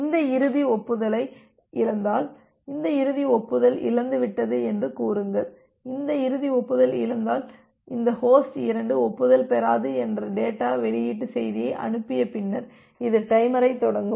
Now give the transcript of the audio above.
இந்த இறுதி ஒப்புதலை இழந்தால் இந்த இறுதி ஒப்புதல் இழந்துவிட்டது என்று கூறுங்கள் இந்த இறுதி ஒப்புதல் இழந்தால் இந்த ஹோஸ்ட் 2 ஒப்புதல் பெறாது என்ற டேட்டா வெளியீட்டு செய்தியை அனுப்பிய பின்னர் இது டைமரை தொடங்கும்